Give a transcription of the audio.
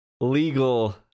legal